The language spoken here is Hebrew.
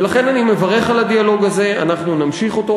ולכן אני מברך על הדיאלוג הזה, אנחנו נמשיך אותו.